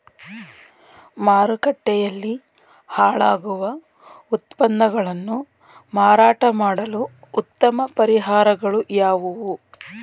ಮಾರುಕಟ್ಟೆಯಲ್ಲಿ ಹಾಳಾಗುವ ಉತ್ಪನ್ನಗಳನ್ನು ಮಾರಾಟ ಮಾಡಲು ಉತ್ತಮ ಪರಿಹಾರಗಳು ಯಾವುವು?